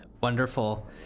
Wonderful